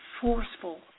forceful